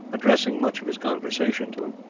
addressing much of his conversation to him.